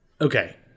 okay